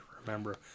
remember